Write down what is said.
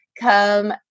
come